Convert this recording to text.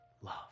Love